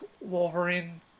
wolverine